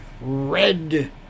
red